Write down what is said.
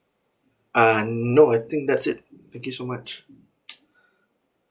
uh no I think that's it thank you so much